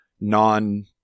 non